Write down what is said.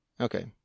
Okay